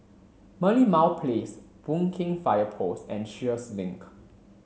Merlimau Place Boon Keng Fire Post and Sheares Link